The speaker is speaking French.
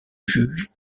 juge